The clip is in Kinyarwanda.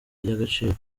y’agaciro